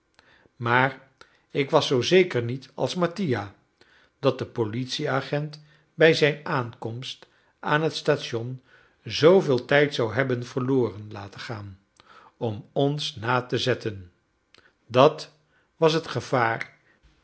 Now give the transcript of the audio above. maar ik was zoo zeker niet als mattia dat de politieagent bij zijn aankomst aan het station zooveel tijd zou hebben verloren laten gaan om ons na te zetten dat was het gevaar